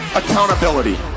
accountability